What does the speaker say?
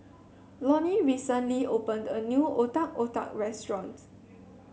Lonnie recently opened a new Otak Otak restaurant